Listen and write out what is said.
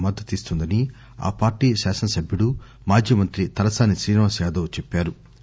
మద్దతిస్తుందని ఆ పార్టీ శాసనసభ్యుడు మాజీమంత్రి తలసాని శ్రీనివాసయాదవ్ చెప్పారు